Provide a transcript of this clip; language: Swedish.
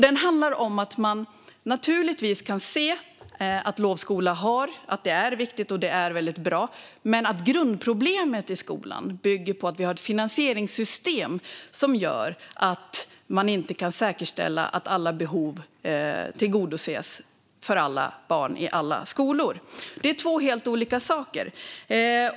De kan naturligtvis se att det är viktigt och väldigt bra med lovskola, men grundproblemet i skolan är att vi har ett finansieringssystem som gör att man inte kan säkerställa att alla behov tillgodoses för alla barn i alla skolor. Det är två helt olika saker.